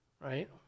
right